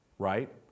Right